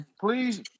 Please